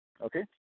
Okay